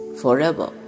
forever